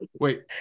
Wait